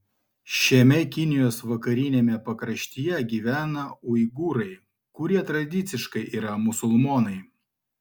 šiame kinijos vakariniame pakraštyje gyvena uigūrai kurie tradiciškai yra musulmonai